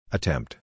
Attempt